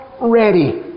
ready